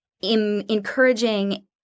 encouraging